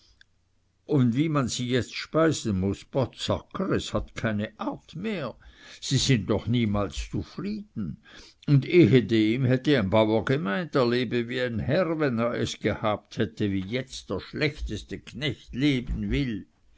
und wie man sie jetzt speisen muß potz sacker es hat keine art mehr und sind doch niemals zufrieden und ehedem hätte ein bauer gemeint er lebe wie ein herr wenn er es gehabt hätte wie jetzt der schlechteste knecht leben will